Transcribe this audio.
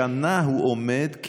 שנה הוא עומד,